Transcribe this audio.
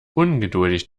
ungeduldig